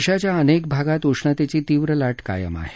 देशाच्या अनेक भागात उष्णतेची तीव्र ला कायम आहे